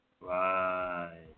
Right